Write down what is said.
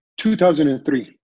2003